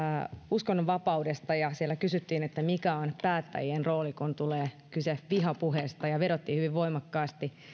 uskonnonvapaudesta ja siellä kysyttiin mikä on päättäjien rooli kun tulee kyse vihapuheesta ja vedottiin hyvin voimakkaasti